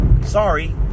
Sorry